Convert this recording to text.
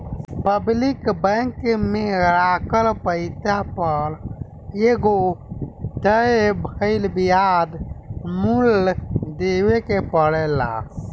public bank में राखल पैसा पर एगो तय भइल ब्याज मूल्य देवे के परेला